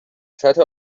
سطح